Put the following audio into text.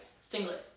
singlet